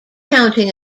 counting